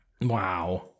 Wow